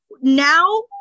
now